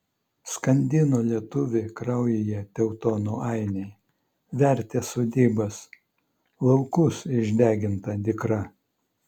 skandino lietuvį kraujyje teutonų ainiai vertė sodybas laukus išdeginta dykra